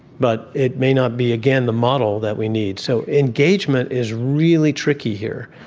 but it may not be, again, the model that we need. so engagement is really tricky here.